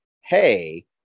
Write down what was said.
hey